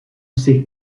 sait